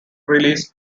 release